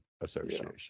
association